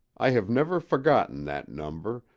i have never forgotten that number,